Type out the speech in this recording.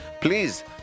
please